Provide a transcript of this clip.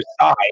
side